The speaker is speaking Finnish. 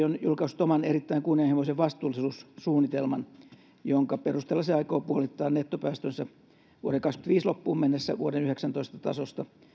on julkaissut oman erittäin kunnianhimoisen vastuullisuussuunnitelman jonka perusteella se aikoo puolittaa nettopäästönsä vuoden kaksikymmentäviisi loppuun mennessä vuoden yhdeksäntoista tasosta